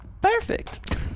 Perfect